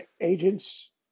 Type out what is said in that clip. agents